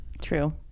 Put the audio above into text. True